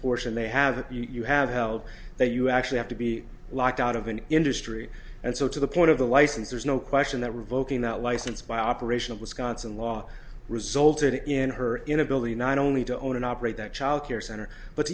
portion they have you have held that you actually have to be locked out of an industry and so to the point of the license there's no question that revoking that license by operation of wisconsin law resulted in her inability not only to own and operate that child care center but